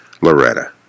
Loretta